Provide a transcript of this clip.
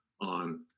on